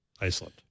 Iceland